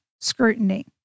scrutiny